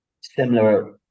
similar